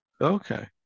Okay